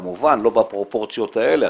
כמובן לא בפרופורציות האלה,